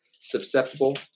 susceptible